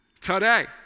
today